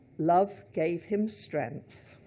love gave him strength.